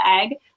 egg